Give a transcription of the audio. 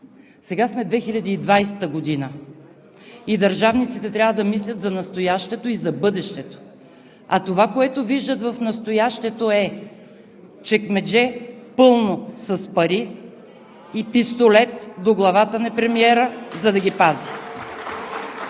Сега сме 2020 г. и държавниците трябва да мислят за настоящето и за бъдещето, а това, което виждат в настоящето, е чекмедже, пълно с пари, и пистолет до главата на премиера (реплики